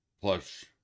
plus